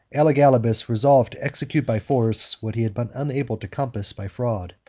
elagabalus resolved to execute by force what he had been unable to compass by fraud,